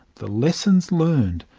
the lessons learned,